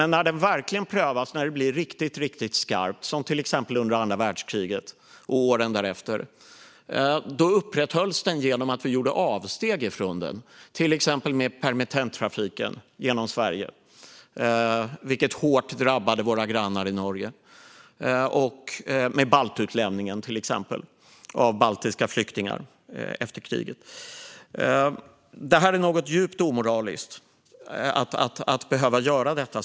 När den verkligen prövats, när det blivit riktigt skarpt, som under andra världskriget och åren därefter, upprätthölls den genom att vi gjorde avsteg från den, exempelvis med permittenttrafiken genom Sverige, vilket hårt drabbade våra grannar i Norge. Baltutlämningen, utlämningen av baltiska flyktingar efter kriget, är ett annat exempel. Det är djupt omoraliskt att som land behöva göra detta.